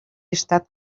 estat